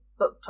Booktop